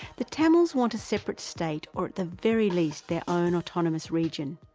the tamils want a separate state or at the very least their own autonomous region.